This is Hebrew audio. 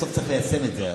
בסוף צריך ליישם את זה,